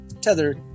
Tether